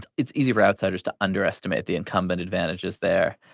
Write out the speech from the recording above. it's easy for outsiders to underestimate the incumbent advantages there.